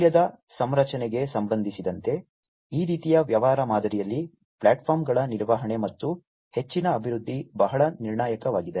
ಮೌಲ್ಯದ ಸಂರಚನೆಗೆ ಸಂಬಂಧಿಸಿದಂತೆ ಈ ರೀತಿಯ ವ್ಯವಹಾರ ಮಾದರಿಯಲ್ಲಿ ಪ್ಲಾಟ್ಫಾರ್ಮ್ಗಳ ನಿರ್ವಹಣೆ ಮತ್ತು ಹೆಚ್ಚಿನ ಅಭಿವೃದ್ಧಿ ಬಹಳ ನಿರ್ಣಾಯಕವಾಗಿದೆ